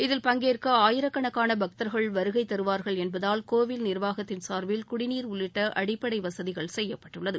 இதில் பங்கேற்க ஆயிரக்கணக்கான பக்தர்கள் வருகை தருவார்கள் என்பதால் கோவில் நிர்வாகத்தின் சார்பில் குடிநீர் உள்ளிட்ட அடிப்படை வசதிகள் செய்யப்பட்டுள்ளது